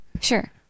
Sure